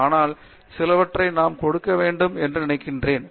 ஆனால் சிலவற்றை நாம் கொடுக்க வேண்டும் என்று நான் நினைக்கிறேன்